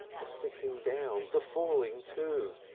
the sitting down! the falling to!